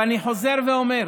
ואני חוזר ואומר: